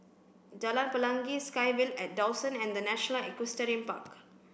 Jalan Pelangi SkyVille at Dawson and The National Equestrian Park